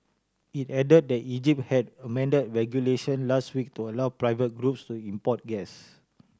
it add that the Egypt had amend regulation last week to allow private groups to import gas